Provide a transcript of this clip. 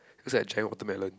looks like a giant watermelon